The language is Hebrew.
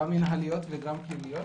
גם מנהליות וגם פליליות,